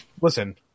listen